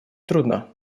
трудно